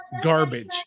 garbage